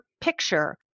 picture